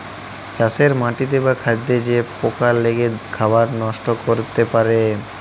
চাষের মাটিতে বা খাদ্যে যে পকা লেগে খাবার লষ্ট ক্যরতে পারে